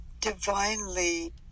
divinely